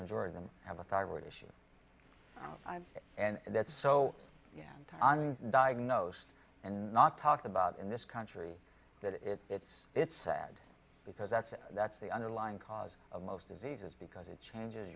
majority them have a thyroid issue now and that's so yeah i mean diagnosed and not talked about in this country that it's it's it's sad because that's that's the underlying cause of most diseases because it changes